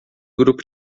grupo